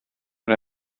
but